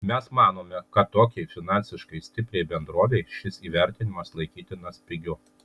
mes manome kad tokiai finansiškai stipriai bendrovei šis įvertinimas laikytinas pigiu